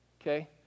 okay